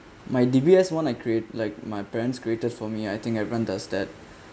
my D_B_S one I create like my parents created for me I think everyone does that